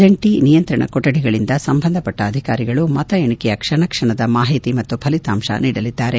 ಜಂಟಿ ನಿಯಂತ್ರ ಕೊಠಡಿಗಳಿಂದ ಸಂಬಂಧಪಟ್ಟ ಅಧಿಕಾರಿಗಳು ಮತ ಎಣಿಕೆಯ ಕ್ಷಣ ಕ್ಷಣದ ಮಾಹಿತಿ ಮತ್ತು ಫಲಿತಾಂಶ ನೀಡಲಿದ್ದಾರೆ